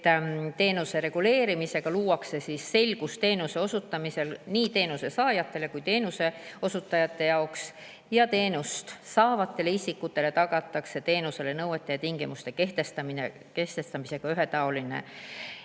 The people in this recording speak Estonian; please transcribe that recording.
teenuse reguleerimisega luuakse selgus teenuse osutamisel nii teenusesaajate jaoks kui ka teenuseosutajate jaoks. Teenust saavatele isikutele tagatakse teenusele nõuete ja tingimuste kehtestamisega ühetaoline